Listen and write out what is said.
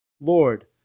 Lord